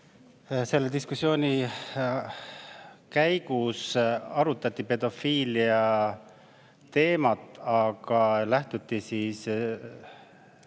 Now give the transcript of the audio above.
Selle diskussiooni käigus arutati pedofiiliateemat, aga lähtuti